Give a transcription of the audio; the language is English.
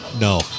No